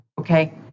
okay